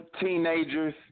teenagers